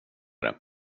det